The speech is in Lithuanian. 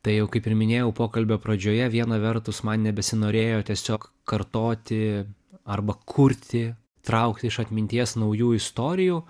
tai jau kaip ir minėjau pokalbio pradžioje viena vertus man nebesinorėjo tiesiog kartoti arba kurti traukti iš atminties naujų istorijų